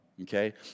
okay